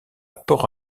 port